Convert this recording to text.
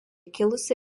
kilusi